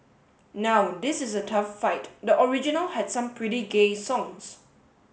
now this is a tough fight the original had some pretty gay songs